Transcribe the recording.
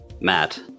Matt